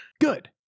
Good